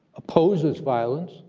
opposes violence,